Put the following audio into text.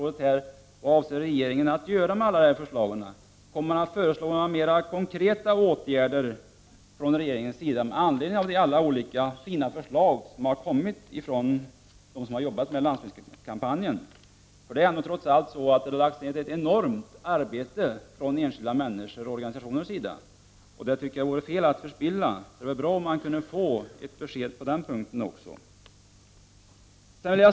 Det har lagts ned ett enormt arbete från enskilda människors och organisationers sida. Det vore fel att förspilla detta arbete. Det vore bra om man kunde få ett besked på den punkten också.